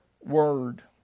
word